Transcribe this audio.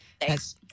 Thanks